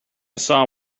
saw